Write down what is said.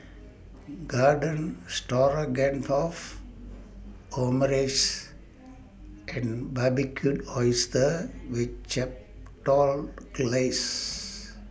Garden Stroganoff Omurice and Barbecued Oysters with Chipotle Glaze